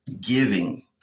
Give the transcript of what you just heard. giving